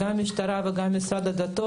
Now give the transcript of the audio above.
גם המשטרה וגם המשרד לשירותי דת,